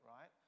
right